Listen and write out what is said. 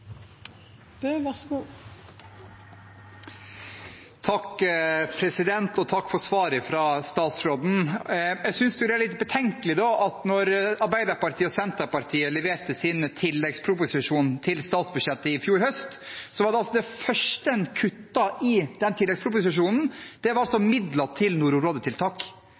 litt betenkelig at da Arbeiderpartiet og Senterpartiet leverte sin tilleggsproposisjon til statsbudsjettet i fjor høst, så var det første en kuttet i den tilleggsproposisjonen, midler til nordområdetiltak. Det vil ikke jeg kalle «en ny giv», når en da altså går inn for å kutte millioner av kroner til nordområdetiltak